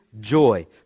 joy